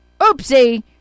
oopsie